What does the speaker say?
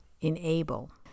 enable